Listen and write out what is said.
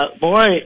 Boy